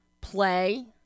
play